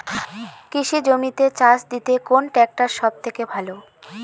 কৃষি জমিতে চাষ দিতে কোন ট্রাক্টর সবথেকে ভালো?